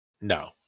No